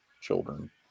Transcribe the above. children